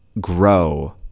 grow